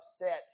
upset